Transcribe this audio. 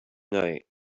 night